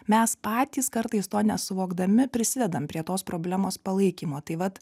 mes patys kartais to nesuvokdami prisidedam prie tos problemos palaikymo tai vat